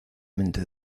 mente